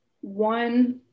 One